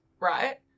right